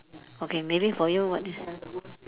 okay maybe for you what the